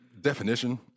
Definition